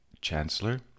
Chancellor